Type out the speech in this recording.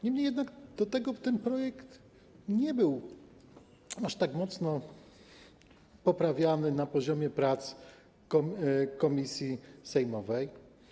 Niemniej jednak ten projekt nie był aż tak mocno poprawiany na poziomie prac komisji sejmowej.